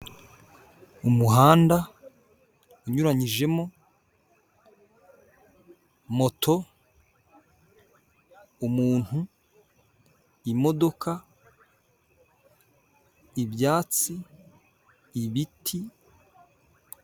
Umuhanda, unyuranyijemo, moto, umuntu, imodoka ,ibyatsi, ibiti.